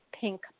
pink